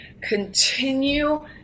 continue